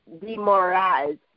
demoralized